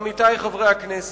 עמיתי חברי הכנסת,